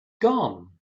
gone